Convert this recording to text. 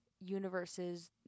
universes